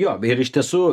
jo ir iš tiesų